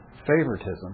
favoritism